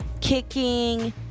kicking